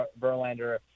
Verlander